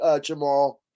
Jamal